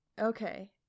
Okay